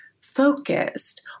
focused